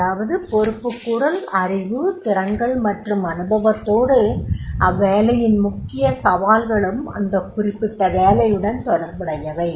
அதாவது பொறுப்புக்கூறல் அறிவு திறன்கள் மற்றும் அனுபவத்தோடு அவ்வேலையின் முக்கிய சவால்களும் அந்த குறிப்பிட்ட வேலையுடன் தொடர்புடையவை